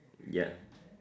ya